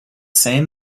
same